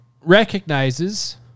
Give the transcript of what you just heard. recognizes